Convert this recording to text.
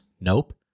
Nope